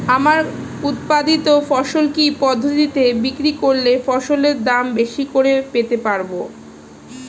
আমার উৎপাদিত ফসল কি পদ্ধতিতে বিক্রি করলে ফসলের দাম বেশি করে পেতে পারবো?